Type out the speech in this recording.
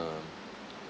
um